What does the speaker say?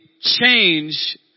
change